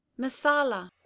masala